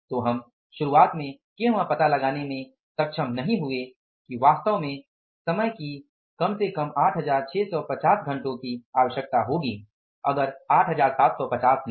तो हम शुरुआत में क्यों यह पता लगाने में सक्षम नहीं हुए कि वास्तव में समय की कम से कम 8650 घंटो की आवश्यकता होगी अगर 8750 नहीं